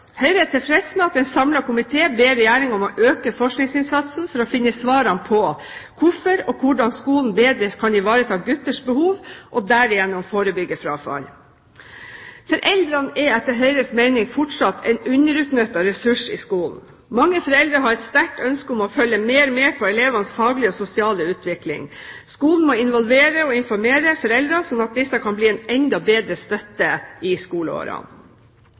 Høyre er tilfreds med at en samlet komité ber Regjeringen om å øke forskningsinnsatsen for å finne svarene på hvorfor og hvordan skolen bedre kan ivareta gutters behov, og derigjennom forebygge frafall. Foreldrene er etter Høyres mening fortsatt en underutnyttet ressurs i skolen. Mange foreldre har et sterkt ønske om å følge mer med på elevenes faglige og sosiale utvikling. Skolen må involvere og informere foreldrene slik at disse kan bli en enda bedre støtte i skoleårene.